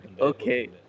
Okay